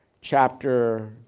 chapter